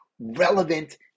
relevant